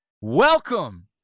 Welcome